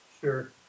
Sure